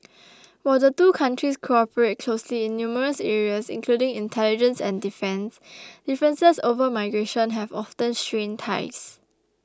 while the two countries cooperate closely in numerous areas including intelligence and defence differences over migration have often strained ties